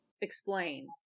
explain